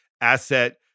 asset